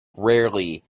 rarely